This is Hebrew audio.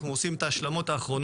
אנחנו עכשיו עושים את ההשלמות האחרונות